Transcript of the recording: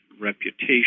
reputation